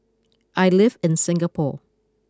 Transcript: I live in Singapore